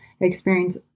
experience